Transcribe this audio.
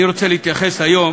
אני רוצה להתייחס היום